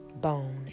bone